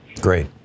Great